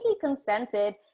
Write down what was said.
consented